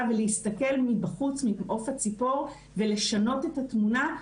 ולהסתכל מבחוץ ממעוף הציפור ולשנות את התמונה,